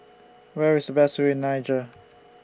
Where IS The Best View in Niger